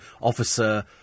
officer